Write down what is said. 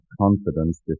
confidence